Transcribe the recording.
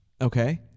Okay